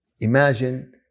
imagine